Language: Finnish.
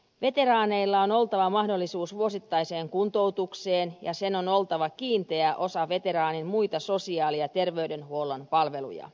veteraaneilla on oltava mahdollisuus vuosittaiseen kuntoutukseen ja sen on oltava kiinteä osa veteraanin muita sosiaali ja terveydenhuollon palveluja